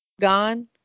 Gone